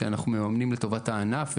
שאנחנו מממנים לטובת הענף,